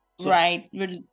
right